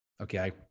okay